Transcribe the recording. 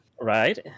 Right